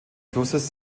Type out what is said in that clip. flusses